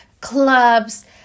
clubs